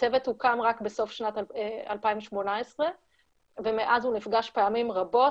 הצוות הוקם רק בסוף שנת 2018 ומאז הוא נפגש פעמים רבות,